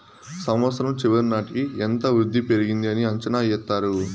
సంవచ్చరం చివరి నాటికి ఎంత వృద్ధి పెరిగింది అని అంచనా ఎత్తారు